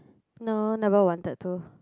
no never wanted to